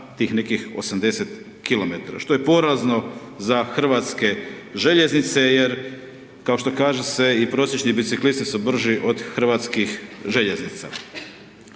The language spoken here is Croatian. tih nekih 80 km, što je porazno za Hrvatske željeznice jer, kao što kaže se i prosječni biciklisti su brži od hrvatskih željeznica.